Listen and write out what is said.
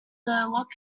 lock